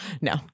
No